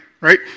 right